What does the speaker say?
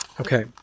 Okay